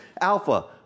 Alpha